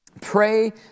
pray